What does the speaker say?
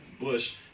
Bush